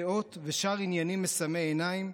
דעות, ושאר עניינים מסמאי עיניים,